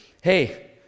hey